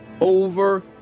over